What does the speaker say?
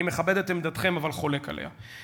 אני מכבד את עמדתכם, אבל חולק עליה.